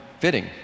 fitting